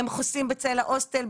הם חוסים בצל ההוסטל,